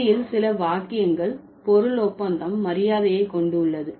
இந்தியில் சில வாக்கியங்கள் பொருள் ஒப்பந்தம் மரியாதையை கொண்டுள்ளது